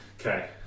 Okay